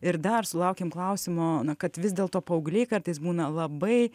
ir dar sulaukėm klausimo kad vis dėlto paaugliai kartais būna labai